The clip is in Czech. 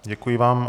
Děkuji vám.